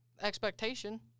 expectation